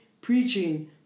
preaching